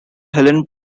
helen